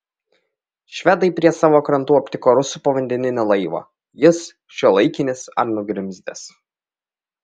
švedai prie savo krantų aptiko rusų povandeninį laivą jis šiuolaikinis ar nugrimzdęs